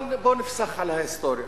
אבל בואו נפסח על ההיסטוריה